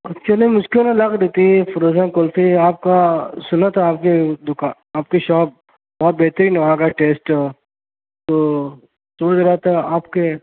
actually مجھ کو نہ لگ رہی تھی یہ فروزن کلفی آپ کا سنا تھا آپ کی دوکان آپ کی شاپ بہت بہترین وہاں کا ٹیسٹ تو سوچ رہا تھا آپ کے